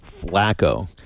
Flacco